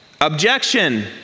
Objection